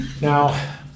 Now